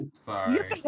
Sorry